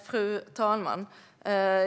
Fru talman!